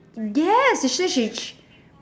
yes she say she c~